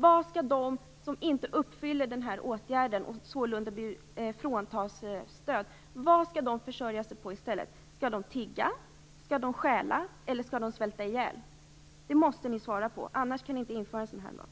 Vad skall de som inte uppfyller det här villkoret och blir fråntagna sitt stöd försörja sig på i stället? Skall de tigga, skall de stjäla eller skall de svälta ihjäl? Det måste ni svara på. Annars kan ni inte införa en sådan här lag.